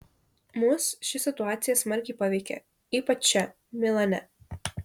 mus ši situacija smarkiai paveikė ypač čia milane